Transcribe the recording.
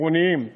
עירוניים.